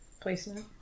placement